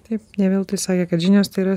taip ne veltui sakė kad žinios tai yra